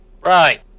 Right